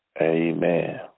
Amen